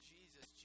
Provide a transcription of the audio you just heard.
Jesus